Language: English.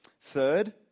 Third